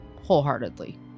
wholeheartedly